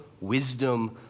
wisdom